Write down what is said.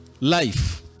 life